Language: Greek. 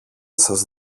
σας